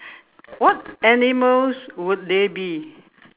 what animals would they be